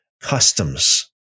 customs